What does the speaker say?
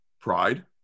Pride